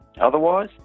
otherwise